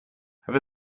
have